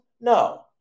No